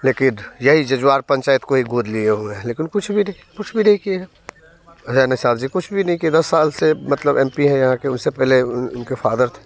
लेकिन यही जजवार पंचायत को ही गोद लिए हुए हैं लेकिन कुछ भी नहीं कुछ भी नहीं किए हैं भैया निसार जी कुछ भी नहीं किए दस साल से मतलब एम पी हैं यहाँ के उन से पहले उनके फ़ादर थे